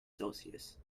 celsius